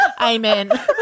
Amen